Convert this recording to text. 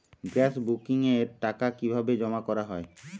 Gas বুকিংয়ের টাকা কিভাবে জমা করা হয়?